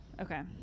Okay